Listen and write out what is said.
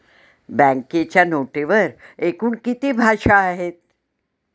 बँकेच्या नोटेवर एकूण किती भाषा आहेत?